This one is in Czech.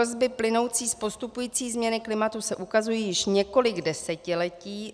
Hrozby plynoucí z postupující změny klimatu se ukazují již několik desetiletí.